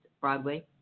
Broadway